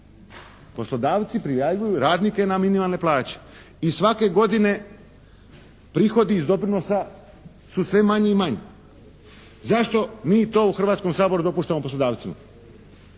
Poslodavci prijavljuju radnike na minimalne plaće i svake godine prihodi iz doprinosa su sve manji i manji. Zašto mi to u Hrvatskom saboru dopuštamo poslodavcima?